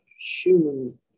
human